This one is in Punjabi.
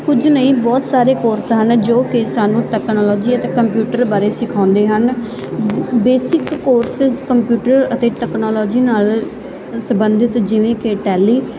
ਕੁਝ ਨਹੀਂ ਬਹੁਤ ਸਾਰੇ ਕੋਰਸ ਹਨ ਜੋ ਕਿ ਸਾਨੂੰ ਤਕਨਾਲੋਜੀ ਅਤੇ ਕੰਪਿਊਟਰ ਬਾਰੇ ਸਿਖਾਉਂਦੇ ਹਨ ਬੇਸਿਕ ਕੋਰਸ ਕੰਪਿਊਟਰ ਅਤੇ ਤਕਨਾਲੋਜੀ ਨਾਲ ਸੰਬੰਧਿਤ ਜਿਵੇਂ ਕਿ ਟੈਲੀ